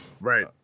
Right